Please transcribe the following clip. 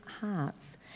hearts